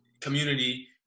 community